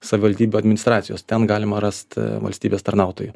savivaldybių administracijos ten galima rast valstybės tarnautojų